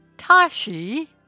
Tashi